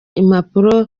impapuro